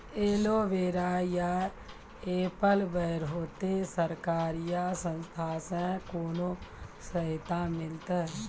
Aloe vera या apple बैर होते? सरकार या संस्था से कोनो सहायता मिलते?